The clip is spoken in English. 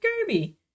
Kirby